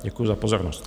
Děkuji za pozornost.